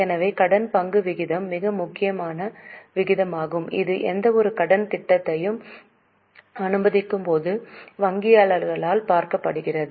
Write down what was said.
எனவே கடன் பங்கு விகிதம் மிக முக்கியமான விகிதமாகும் இது எந்தவொரு கடன் திட்டத்தையும் அனுமதிக்கும்போது வங்கியாளரால் பார்க்கப்படுகிறது